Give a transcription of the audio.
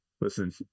listen